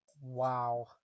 Wow